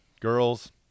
girls